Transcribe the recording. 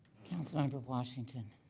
councilmember washington.